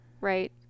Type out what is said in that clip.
right